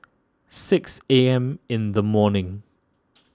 six A M in the morning